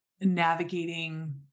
navigating